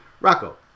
Rocco